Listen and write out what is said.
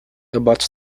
abuts